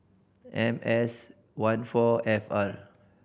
M S one four F R